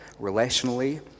relationally